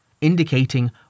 indicating